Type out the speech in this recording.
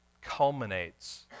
culminates